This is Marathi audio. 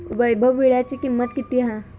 वैभव वीळ्याची किंमत किती हा?